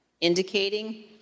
indicating